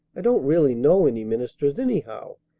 i don't really know any ministers, anyhow.